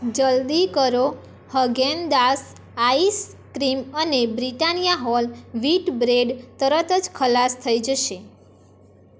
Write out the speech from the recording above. જલદી કરો Haagen Dazs ice cream અને બ્રિટાનિયા હોલ વ્હીટ બ્રેડ તરત જ ખલાસ થઈ જશે